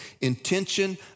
intention